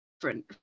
different